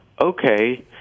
okay